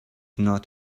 not